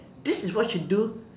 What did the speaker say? this is what you do